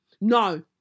No